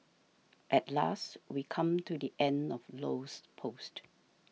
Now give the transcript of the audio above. at last we come to the end of Low's post